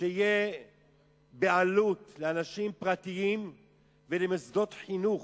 שתהיה בעלות לאנשים פרטיים ולמוסדות חינוך.